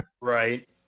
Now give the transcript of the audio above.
Right